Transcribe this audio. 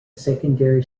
secondary